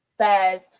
says